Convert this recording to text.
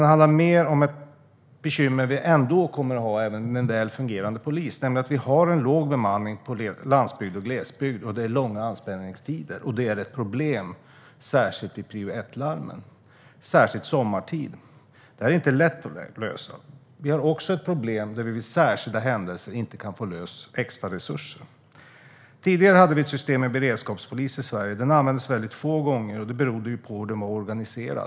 Det handlar mer om ett bekymmer som vi kommer att ha ändå, även med en väl fungerande polis. Vi har låg bemanning på landsbygden och i glesbygden. Det är långa anspänningstider. Och det är ett problem, särskilt vid prio 1-larmen och sommartid. Det här är inte lätt att lösa. Vi har också problem med att vi vid särskilda händelser inte kan få loss extra resurser. Tidigare hade vi ett system med beredskapspolis i Sverige. Den användes få gånger. Det berodde på hur den var organiserad.